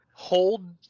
hold